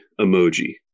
emoji